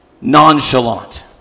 nonchalant